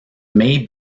may